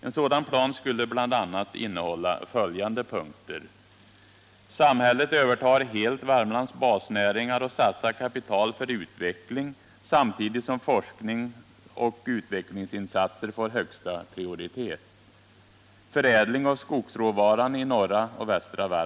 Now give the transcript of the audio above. En sådan plan skulle bl.a. innehålla följande punkter: Samhället övertar helt Värmlands basnäringar och satsar kapital för utveckling, samtidigt som forskning och utvecklingsinsatser får högsta prioritet.